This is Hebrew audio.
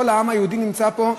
כל העם היהודי נמצא פה,